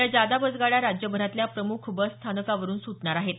या जादा बस गाड्या राज्यभरातल्या प्रमुख बस स्थानकावरून सुटणार आहेत